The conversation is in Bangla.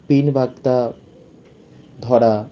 পিন বাগদা ধরা